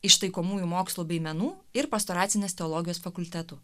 iš taikomųjų mokslų bei menų ir pastoracinės teologijos fakultetų